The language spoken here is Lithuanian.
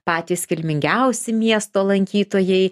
patys kilmingiausi miesto lankytojai